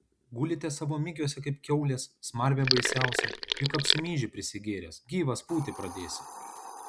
gulite savo migiuose kaip kiaulės smarvė baisiausia juk apsimyži prisigėręs gyvas pūti pradėsi